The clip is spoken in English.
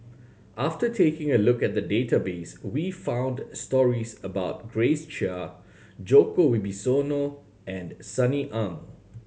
after taking a look at the database we found stories about Grace Chia Djoko Wibisono and Sunny Ang